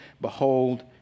behold